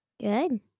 Good